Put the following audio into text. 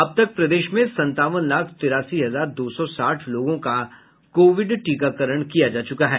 अब तक प्रदेश में संतावन लाख तिरासी हजार दो सौ साठ लोगों का कोविड टीकाकरण किया जा चुका है